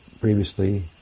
previously